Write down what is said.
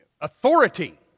authority